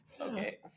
Okay